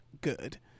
good